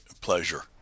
Pleasure